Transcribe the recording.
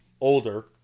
older